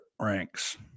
ranks